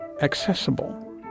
accessible